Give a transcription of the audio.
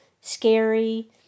scary